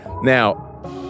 Now